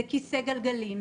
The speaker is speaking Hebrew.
זה כיסא גלגלים,